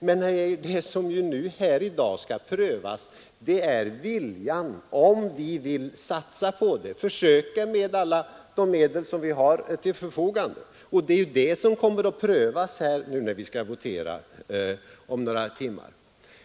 Men det som här i dag skall prövas är viljan, om vi vill satsa på detta och försöka med alla de medel som står till förfogande. Det är det som kommer att prövas, när vi skall votera om några timmar.